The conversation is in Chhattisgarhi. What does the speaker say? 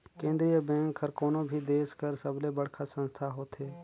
केंद्रीय बेंक हर कोनो भी देस कर सबले बड़खा संस्था होथे